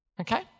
okay